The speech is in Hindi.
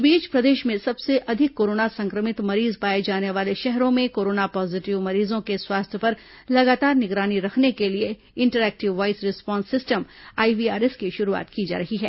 इस बीच प्रदेश में सबसे अधिक कोरोना संक्रमित मरीज पाए जाने वाले शहरों में कोरोना पॉजीटिव मरीजों को स्वास्थ्य पर लगातार निगरानी रखने के लिए interactive voice response system IVRS की शुरूआत की जा रही है